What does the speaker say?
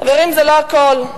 חברים, זה לא הכול.